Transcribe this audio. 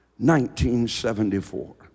1974